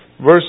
verse